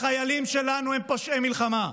החיילים שלנו הם פושעי מלחמה.